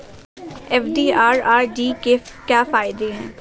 FD और RD के क्या फायदे हैं?